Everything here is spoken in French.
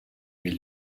mais